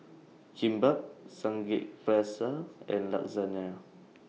Kimbap Samgyeopsal and Lasagna